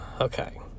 Okay